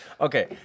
Okay